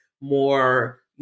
more